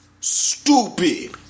Stupid